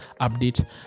update